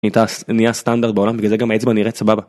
היא, זה נהיה הסטנדרט בעולם, בגלל זה גם האצבע נראית סבבה